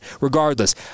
regardless